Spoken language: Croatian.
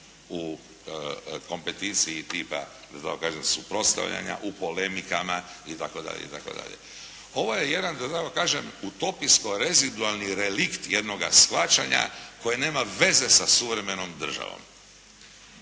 u kompeticiji tipa da tako kažem suprotstavljanja, u polemikama itd. Ovo je jedan da tako kažem utopijsko rezidualni relikt jednoga shvaćanja koje nema veze sa suvremenom državom